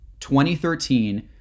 2013